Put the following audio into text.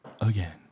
again